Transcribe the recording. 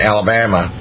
Alabama